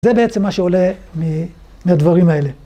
זה בעצם מה שעולה מהדברים האלה.